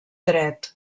dret